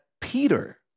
Peter